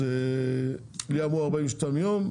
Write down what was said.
אז לי אמרו 42 ימים,